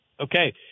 Okay